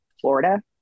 Florida